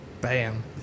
Bam